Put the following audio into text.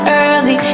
early